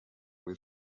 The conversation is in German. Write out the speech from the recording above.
mit